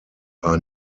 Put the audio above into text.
are